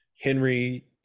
Henry